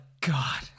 God